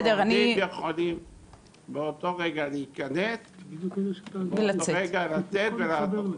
עובדים יכולים באותו הרגע להיכנס ובאותו הרגע לצאת ולעזוב.